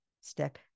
Step